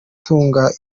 tunga